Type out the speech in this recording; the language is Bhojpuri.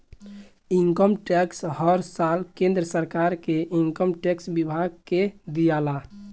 इनकम टैक्स हर साल केंद्र सरकार के इनकम टैक्स विभाग के दियाला